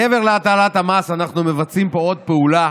מעבר להטלת המס, אנחנו מבצעים עוד פעולה.